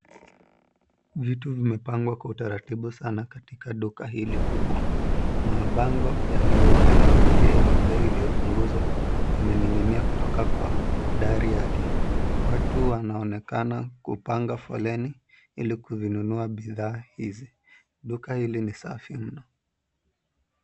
Vitu vimepangwa kwa utaratibu sana katika duka hili kubwa. Mabango yanayovutia enye bei iliyopunguzwa yamening'inia kutoka kwa dari yake. Watu wanaonekana kupanga foleni ili kuzinunua bidhaa hizi. Duka hili ni safi mno.